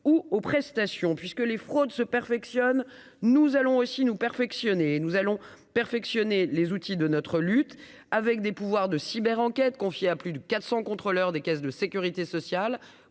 ou aux prestations puisque les fraudes se perfectionne, nous allons aussi nous perfectionner nous allons perfectionner les outils de notre lutte avec des pouvoirs de Cyber enquête confiée à plus de 400 contrôleurs des caisses de Sécurité sociale